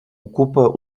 ocupa